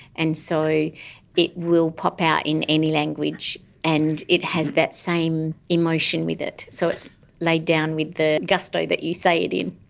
and so it will pop out in any language and it has that same emotion with it, so it's laid down with the gusto that you say it in.